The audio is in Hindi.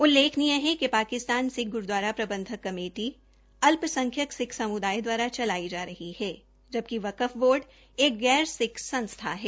उल्लेखनीय है कि पाकिस्तान सिक्ख ग्रूदवारा प्रबंधक कमेटी अल्पसंख्यक सिक्ख सम्दाय दवारा चलाई जा रही है जबिक वक्फ बोर्ड एक गैर सिक्ख संस्था है